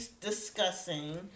discussing